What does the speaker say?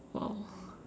!wow!